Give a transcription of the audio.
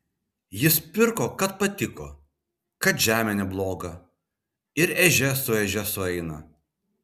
jis pirko kad patiko kad žemė nebloga ir ežia su ežia sueina